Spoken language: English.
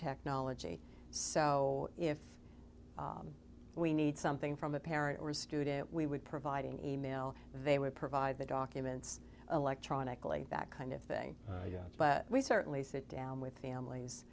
technology so if we need something from a parent or a student we would provide an e mail they would provide the documents electronically that kind of thing but we certainly sit down with families